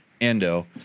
endo